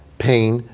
pain,